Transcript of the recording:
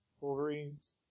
Wolverines